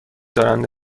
دارند